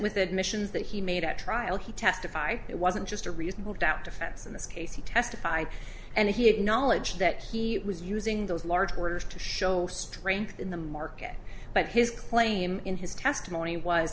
with the admissions that he made at trial he testified it wasn't just a reasonable doubt defense in this case he testified and he acknowledged that he was using those large orders to show strength in the market but his claim in his testimony was